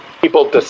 people